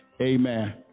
Amen